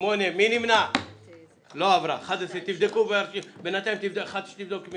לא נתקבלה ותעלה למליאה כהסתייגות לקריאה שנייה ולקריאה שלישית.